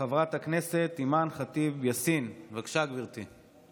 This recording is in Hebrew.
חברת הכנסת אימאן ח'טיב יאסין, בבקשה, גברתי.